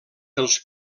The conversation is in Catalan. dels